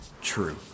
true